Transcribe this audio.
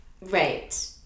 Right